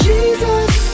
Jesus